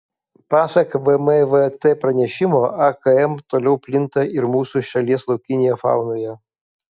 pasak vmvt pranešimo akm toliau plinta ir mūsų šalies laukinėje faunoje